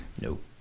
nope